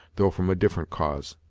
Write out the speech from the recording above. though from a different cause.